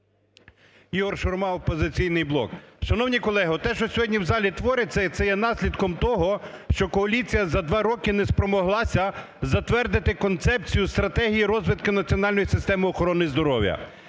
Ігор Шурма, "Опозиційний блок". Шановні колеги! Оте, що сьогодні в залі твориться, це є наслідком того, що коаліція за два роки не спромоглася затвердити Концепцію стратегії розвитку національної системи охорони здоров'я.